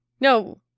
No